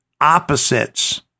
opposites